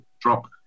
drop